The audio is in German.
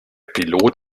pilot